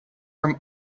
from